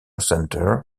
center